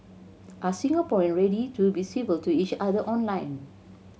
are Singaporean ready to be civil to each other online